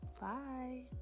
Bye